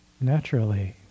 naturally